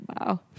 Wow